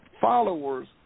followers